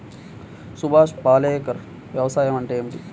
సుభాష్ పాలేకర్ వ్యవసాయం అంటే ఏమిటీ?